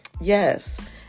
Yes